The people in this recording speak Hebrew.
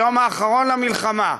היום האחרון למלחמה,